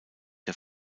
der